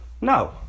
No